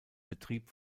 betrieb